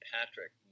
Patrick